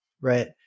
right